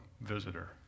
visitor